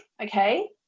okay